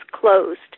closed